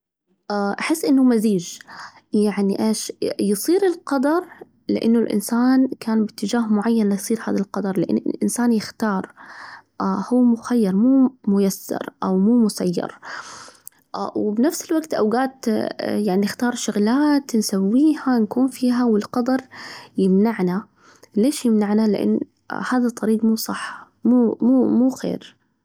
أحس إنه مزيج، يعني إيش يصير القدر لأنه الإنسان كان باتجاه معين ليصير هذا القدر، لأن الإنسان يختار هو مخير مو ميسر أو مو مسير، وبنفس الوجت أوجات يعني نختار شغلة نسويها نكون فيها والقدر يمنعنا، ليش يمنعنا؟ لأن هذا الطريق مو صح، مو مو خير.